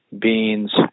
beans